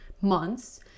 months